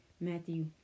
Matthew